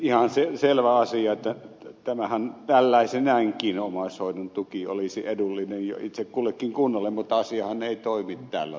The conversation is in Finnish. ihan selvä asia että tällaisenaankin omaishoidon tuki olisi edullinen jo itse kullekin kunnalle mutta asiahan ei toimi tällä tavalla